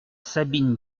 sabine